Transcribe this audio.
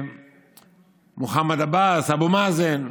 מחמוד עבאס, אבו מאזן.